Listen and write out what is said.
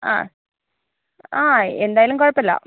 ആ ആ എന്തായാലും കുഴപ്പമില്ല